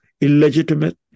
illegitimate